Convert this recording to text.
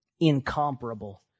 incomparable